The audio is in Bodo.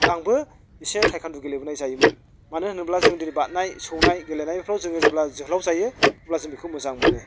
आंबो एसे टाइकुवानडु गेलेबोनाय जायोमोन मानो होनोब्ला जों दिनै बारनाय सौनाय गेलेनायफ्राव जेब्ला जोङो जोहोलाव जायो अब्ला जों बेखौ मोजां मोनो